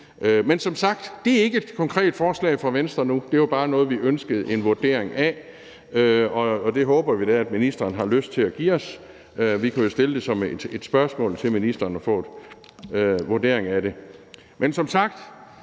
Men som sagt er det ikke et konkret forslag fra Venstre nu. Det var bare noget, vi ønskede en vurdering af, og vi håber da, at ministeren har lyst til at give os den. Vi kunne jo stille et spørgsmål til ministeren og bede om at få en vurdering af det. Kl. 18:19 Men som sagt: